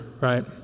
right